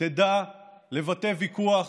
תדע לבטא ויכוח,